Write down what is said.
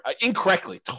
incorrectly